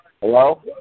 Hello